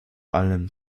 allem